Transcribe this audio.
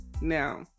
now